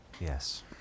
Yes